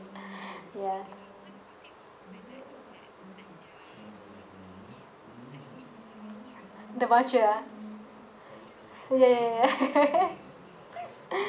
ya the voucher ah ya ya ya ya